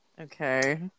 Okay